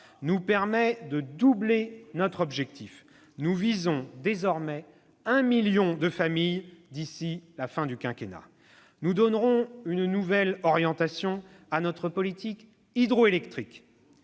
nous permet de doubler notre objectif : nous visons désormais 1 million de familles d'ici la fin du quinquennat. « Nous donnerons une nouvelle orientation à notre politique hydroélectrique.